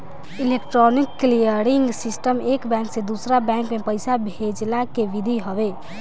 electronic clearing system एक bank से दूसरा बैंक में पईसा भेजला के विधि हवे